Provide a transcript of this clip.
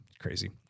crazy